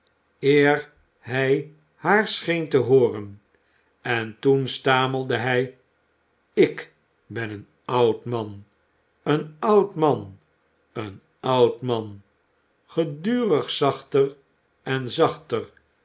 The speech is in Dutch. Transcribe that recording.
eer hij haar scheen te hooren en toen stamelde hij ik ben een oud man een oud man een oud man gedurig zachter en zachter